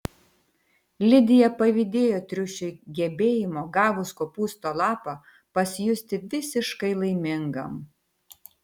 lidija pavydėjo triušiui gebėjimo gavus kopūsto lapą pasijusti visiškai laimingam